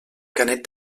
canet